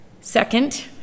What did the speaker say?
Second